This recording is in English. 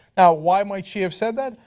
why might she have said that?